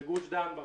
בגוש דן.